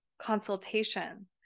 consultation